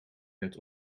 werd